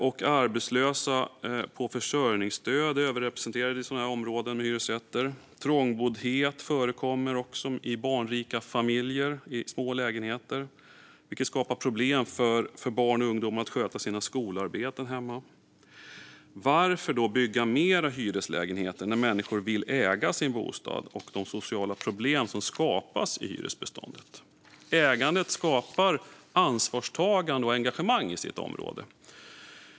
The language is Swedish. Vidare är arbetslösa på försörjningsstöd överrepresenterade i områden med hyresrätter, och trångboddhet förekommer med barnrika familjer i små lägenheter, vilket skapar problem för barn och ungdomar att sköta sina skolarbeten hemma. Varför bygga fler hyreslägenheter när människor vill äga sin bostad och det skapas sociala problem i hyresbeståndet? Ägandet skapar ansvarstagande och engagemang i området.